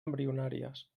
embrionàries